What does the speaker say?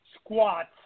squats